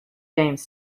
james